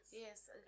Yes